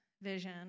vision